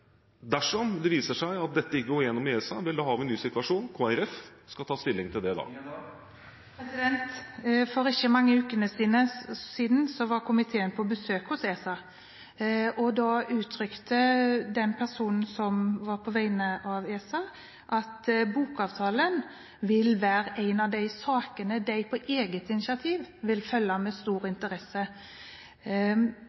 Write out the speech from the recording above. dersom det viser seg at dette ikke går gjennom i ESA, vel, da har vi en ny situasjon. Kristelig Folkeparti skal ta stilling til det da. For ikke mange ukene siden var komiteen på besøk hos ESA, og da uttrykte den personen som var der på vegne av ESA, at bokavtalen vil være en av de sakene de på eget initiativ vil følge med stor